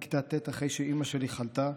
בכיתה ט', אחרי שאימא שלי חלתה,